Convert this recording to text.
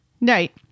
Right